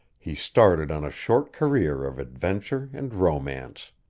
he started on a short career of adventure and romance.